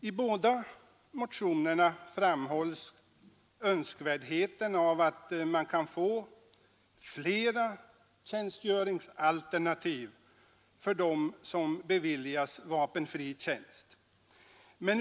I båda motionerna framhålles önskvärdheten av att man kan få flera tjänstgöringsalternativ för dem som har beviljats vapenfri tjänst.